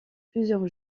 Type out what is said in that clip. plusieurs